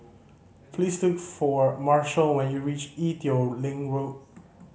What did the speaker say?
please look for Marshal when you reach Ee Teow Leng Road